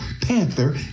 Panther